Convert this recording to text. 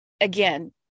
Again